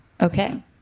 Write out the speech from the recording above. Okay